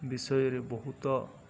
ବିଷୟରେ ବହୁତ